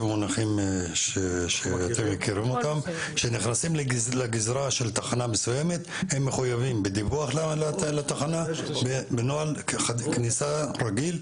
של תחנה מסוימת הם מחויבים בדיווח לתחנה בנוהל כניסה רגיל?